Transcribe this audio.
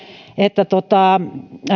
että